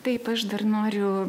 taip aš dar noriu